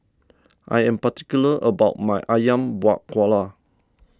I am particular about my Ayam Buah Keluak